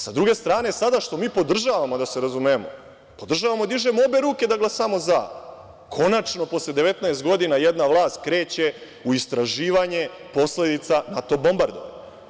Sa druge strane, što mi podržavamo, da se razumemo, podržavamo i dižemo obe ruke da glasamo „za“, konačno, posle 19 godina, jedna vlast kreće u istraživanje posledica NATO bombardovanja.